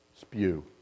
Spew